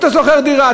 אתה שוכר דירה,